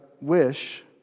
wish